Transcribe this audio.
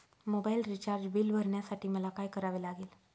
Mobile recharge bill भरण्यासाठी मला काय करावे लागेल?